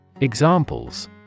Examples